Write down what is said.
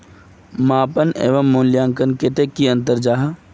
मापन एवं मूल्यांकन कतेक की अंतर जाहा?